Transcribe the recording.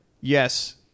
yes